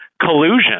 collusion